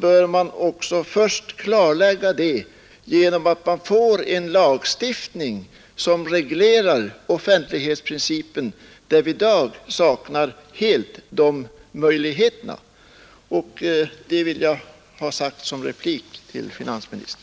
bör man enligt vår uppfattning först åstadkomma en lagstiftning som reglerar offentlighetsprincipen. I dag saknar vi helt sådana möjligheter. Detta vill jag ha sagt som replik till finansministern.